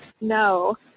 No